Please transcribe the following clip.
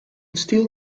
steel